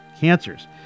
cancers